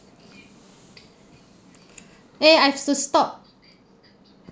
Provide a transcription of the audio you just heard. eh I've to stop